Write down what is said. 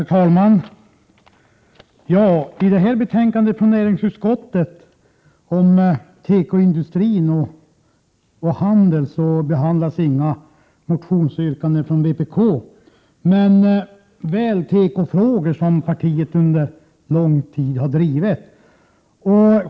Herr talman! I detta betänkande från näringsutskottet om tekoindustrin och tekohandel behandlas inga motionsyrkanden från vpk men väl tekofrågor som partiet under lång tid har drivit.